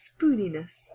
spooniness